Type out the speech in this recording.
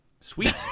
sweet